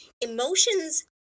emotions